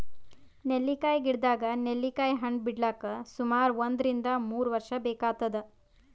ನೆಲ್ಲಿಕಾಯಿ ಗಿಡದಾಗ್ ನೆಲ್ಲಿಕಾಯಿ ಹಣ್ಣ್ ಬಿಡ್ಲಕ್ ಸುಮಾರ್ ಒಂದ್ರಿನ್ದ ಮೂರ್ ವರ್ಷ್ ಬೇಕಾತದ್